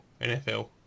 NFL